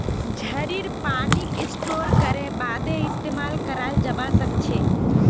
झड़ीर पानीक स्टोर करे बादे इस्तेमाल कराल जबा सखछे